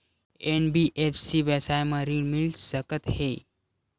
NBFC व्यवसाय मा ऋण मिल सकत हे